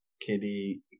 kitty